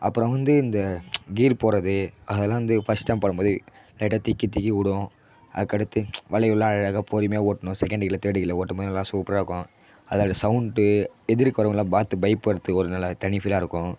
அப்பறம் வந்து இந்த கீர் போடுறது அதெலாம் வந்து ஃபஸ்ட் டைம் போடும்போது லைட்டாக திக்கி திக்கி ஓடும் அதுக்கடுத்து வளைவுலாம் அழகாக பொறுமையாக ஓட்டணும் செகென்ட் கீர்லில் தேர்ட் கீர்லில் ஓட்டும்போது நல்லா சூப்பராக இருக்கும் அதில் அந்த சௌண்டு எதிர்க்க வரவங்கள்லாம் பார்த்து பயப்படுறது ஒரு நல்லா தனி ஃபீலாக இருக்கும்